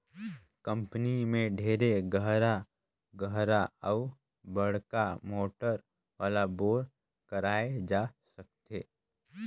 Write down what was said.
company में ढेरे गहरा गहरा अउ बड़का मोटर वाला बोर कराए जा सकथे